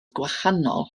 gwahanol